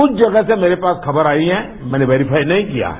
कुछ जगह से मेरे पास खबर आई मैने वेरीफाइ नहीं किया है